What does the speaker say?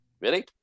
Ready